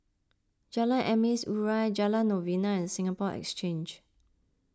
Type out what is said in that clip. Jalan Emas Urai Jalan Novena and Singapore Exchange